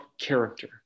character